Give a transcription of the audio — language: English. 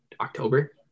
October